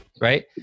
right